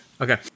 okay